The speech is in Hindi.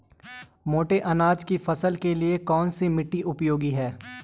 मोटे अनाज की फसल के लिए कौन सी मिट्टी उपयोगी है?